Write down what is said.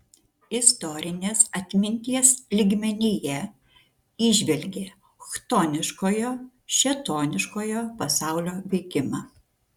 istorinės atminties lygmenyje įžvelgė chtoniškojo šėtoniškojo pasaulio veikimą